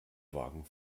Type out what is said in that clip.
wagen